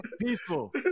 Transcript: Peaceful